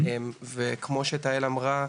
כמו שתהל אמרה,